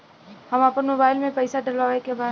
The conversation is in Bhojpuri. हम आपन मोबाइल में पैसा डलवावे के बा?